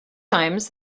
times